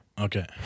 Okay